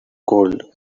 gold